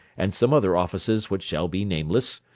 and some other offices which shall be nameless,